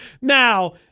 now